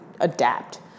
adapt